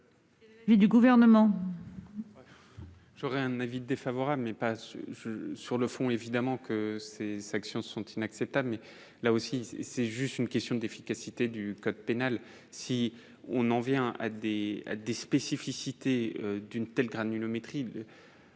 l'avis du Gouvernement ?